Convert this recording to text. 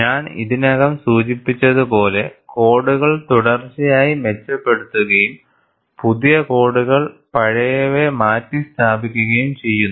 ഞാൻ ഇതിനകം സൂചിപ്പിച്ചതുപോലെ കോഡുകൾ തുടർച്ചയായി മെച്ചപ്പെടുത്തുകയും പുതിയ കോഡുകൾ പഴയവയെ മാറ്റിസ്ഥാപിക്കുകയും ചെയ്യുന്നു